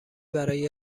برای